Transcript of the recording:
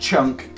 Chunk